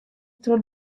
troch